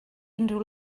unrhyw